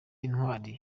intwari